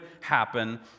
happen